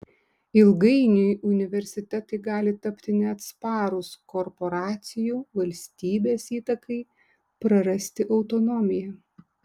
ilgainiui universitetai gali tapti neatsparūs korporacijų valstybės įtakai prarasti autonomiją